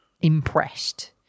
impressed